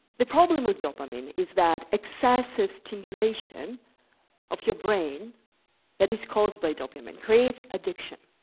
the problem with dopamine is that excessive stimulation of your brain that is caused by dopamine creates addiction.